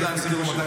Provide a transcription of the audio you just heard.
150